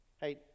Hey